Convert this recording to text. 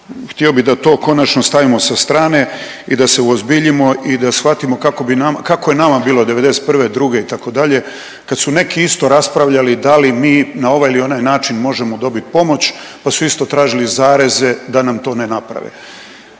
htio bih da to konačno stavimo sa strane i da se uozbiljimo i da shvatimo kako je nama bilo '91., druge itd. kad su neki isto raspravljali, da li mi na ovaj ili onaj način možemo dobiti pomoć, pa su isto tražili zareze da nam to ne naprave.